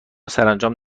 سرانجام